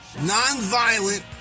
non-violent